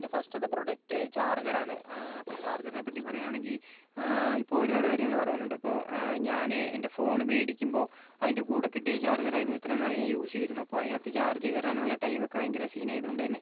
എൻ്റെ ഫസ്റ്റത്തെ പ്രൊഡക്റ്റ് ചാർജറാണ് അപ്പം ചാർജറിനെ പറ്റി പറയുകയാണെങ്കിൽ ഇപ്പോൾ ഒരുപാട് കാര്യങ്ങൾ പറയാനുണ്ട് ഇപ്പോൾ ഞാന് എൻ്റെ ഫോണ് മേടിക്കുമ്പോൾ അതിൻ്റെ കൂടെ കിട്ടിയ ചാർജർ ആയിരുന്നു ഇത്രയും നാൾ ഞാൻ യൂസ് ചെയ്തിരുന്നത് അപ്പോൾ അതിനകത്ത് ചാർജ് കയറാനുള്ള ടൈമൊക്കെ ഭയങ്കര സീൻ ആയതുകൊണ്ട് തന്നെ